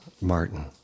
Martin